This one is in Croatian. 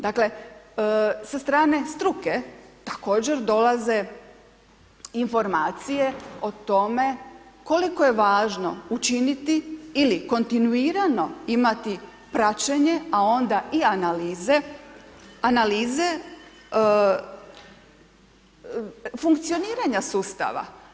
Dakle, sa strane struke, također dolaze, informacije, o tome, koliko je važno učiniti ili kontinuirano imati praćenje a onda i analize, analize funkcioniranja sustava.